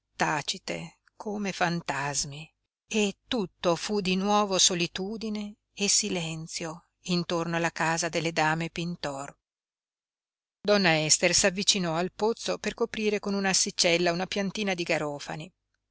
là tacite come fantasmi e tutto fu di nuovo solitudine e silenzio intorno alla casa delle dame pintor donna ester s'avvicinò al pozzo per coprire con un'assicella una piantina di garofani